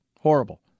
horrible